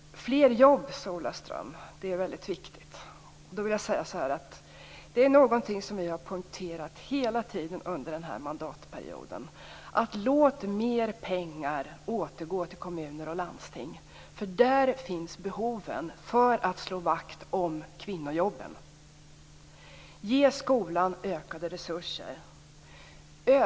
Ola Ström sade att fler jobb är väldigt viktigt. Det är någonting som vi i Vänsterpartiet har poängterat hela tiden under den här mandatperioden. Låt mer pengar återgå till kommuner och landsting, där behoven finns, för att slå vakt om kvinnojobben. Ge skolan ökade resurser.